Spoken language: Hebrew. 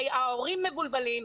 ההורים מבולבלים,